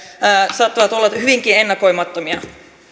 saattavat olla hyvinkin ennakoimattomia